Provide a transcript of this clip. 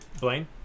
Blaine